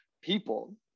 people